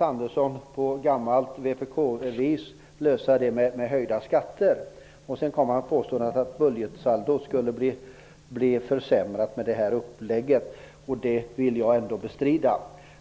Andersson vill på gammalt vpk-vis lösa problemet med underskott och saldo med höjda skatter. Han påstår att budgetsaldot skulle bli försämrat med detta upplägg. Det vill jag bestrida.